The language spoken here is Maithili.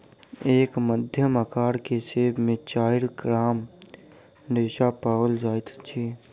एक मध्यम अकार के सेब में चाइर ग्राम रेशा पाओल जाइत अछि